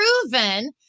proven